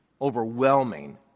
overwhelming